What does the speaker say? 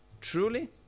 truly